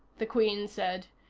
the queen said.